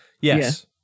Yes